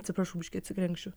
atsiprašau biškį atsikrenkšiu